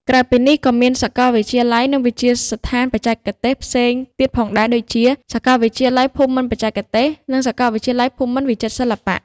ក្រៅពីនេះ ក៏មានសាកលវិទ្យាល័យ និងវិទ្យាស្ថានបច្ចេកទេសផ្សេងទៀតផងដែរ ដូចជា សាកលវិទ្យាល័យភូមិន្ទបច្ចេកទេស និង សាកលវិទ្យាល័យភូមិន្ទវិចិត្រសិល្បៈ។